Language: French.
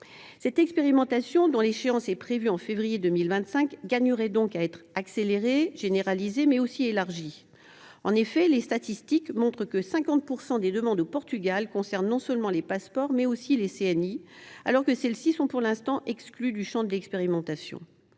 Cette expérimentation, dont l’échéance est prévue en février 2025, gagnerait donc à être accélérée, généralisée, mais aussi élargie. En effet, les statistiques montrent que 50 % des demandes au Portugal concernent non seulement les passeports, mais aussi les CNI, alors même que celles ci sont pour l’instant exclues du champ du dispositif.